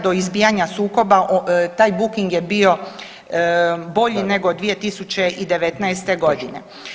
Do izbijanja sukoba taj booking je bio bolji nego 2019. godine.